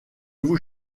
vous